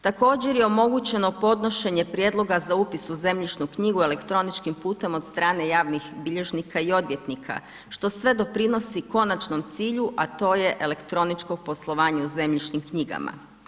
Također je omogućeno podnošenje prijedloga za upis u zemljišnu knjigu, elektroničkim putem od strane javnih bilježnika i odvjetnika, što sve doprinosi konačnom cilju, a to je elektroničko poslovanje u zemljišnim knjigama.